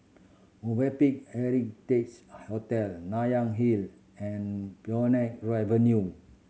Movenpick Heritages Hotel Nanyang Hill and Phoenix Avenue